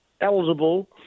eligible